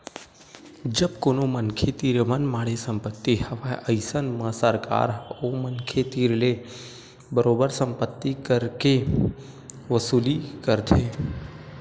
जब कोनो मनखे तीर मनमाड़े संपत्ति हवय अइसन म सरकार ह ओ मनखे तीर ले बरोबर संपत्ति कर के वसूली करथे